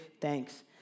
thanks